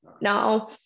Now